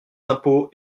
impôts